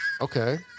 Okay